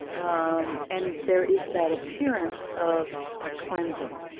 um and there is that appearance of a cleansing.